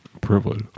Privilege